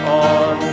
on